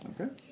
Okay